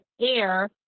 air